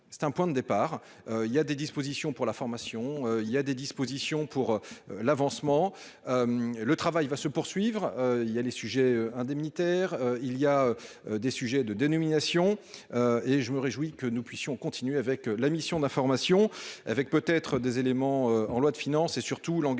c'est un point de départ. Il y a des dispositions pour la formation, il y a des dispositions pour l'avancement. Le travail va se poursuivre. Il y a les sujets indemnitaire il y a des sujets de dénomination. Et je me réjouis que nous puissions continuer avec la mission d'information avec peut-être des éléments en loi de finances et surtout l'engagement